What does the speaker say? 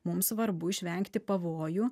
mum svarbu išvengti pavojų